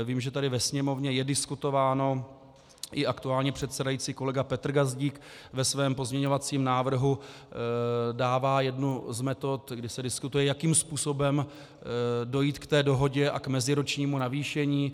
Vím, že tady ve Sněmovně je diskutováno, i aktuálně předsedající kolega Petr Gazdík ve svém pozměňovacím návrhu dává jednu z metod, kdy se diskutuje, jakým způsobem dojít k dohodě a k meziročnímu navýšení.